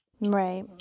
Right